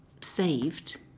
saved